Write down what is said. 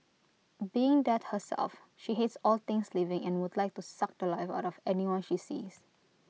being death herself she hates all things living and would like to suck The Life out of anyone she sees